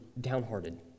downhearted